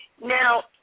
now